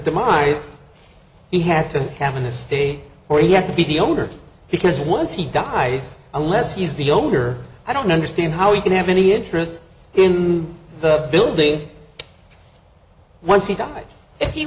demise he had to have an estate or you have to be the owner because once he dies unless he's the owner i don't understand how he could have any interest in the building once he died if he